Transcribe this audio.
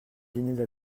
dîner